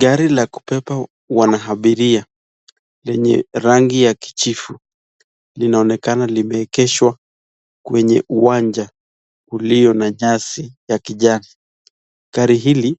Gari la kubeba wanaabiria lenye rangi ya kijivu linaonekana limeegeshwa kwenye uwanja ulio na nyasi ya kijani, gari hili